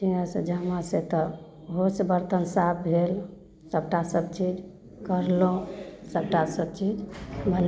इएहसँ झामासँ तऽ ओहोसँ बर्तन साफ भेल सभटा सभ चीज कयलहुँ सभटा सभचीज भेलै